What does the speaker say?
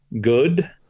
good